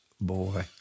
boy